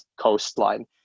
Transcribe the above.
coastline